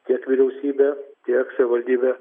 tiek vyriausybė tiek savivaldybė